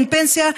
אין פנסיה,